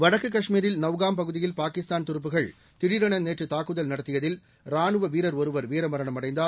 வடக்கு காஷ்மீரில் நவ்காம் பகுதியில் பாகிஸ்தான் துருப்புகள் திஉரென நேற்று தாக்குதல் நடத்தியதில் ராணுவ வீரர் ஒருவர் வீர மரணம் அடைந்தார்